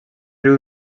riu